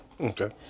Okay